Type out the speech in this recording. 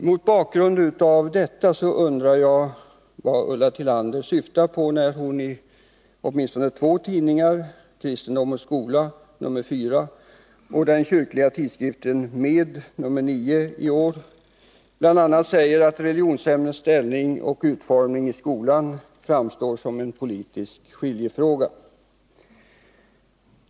Mot denna bakgrund undrar jag vad Ulla Tillander syftar på, när hon i åtminstone två tidningar, Kristendom och Skola nr4 och den kyrkliga tidskriften Med, nr 10 i år, bl.a. säger att religionsämnets ställning och utformning i skolan framstår som en politisk skiljefråga.